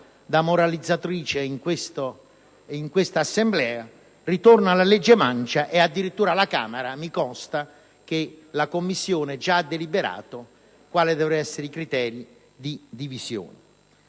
da moralizzatrice in quest'Assemblea! Ritorna la legge mancia e addirittura mi consta che alla Camera la Commissione ha già deliberato quali devono essere i criteri di divisione.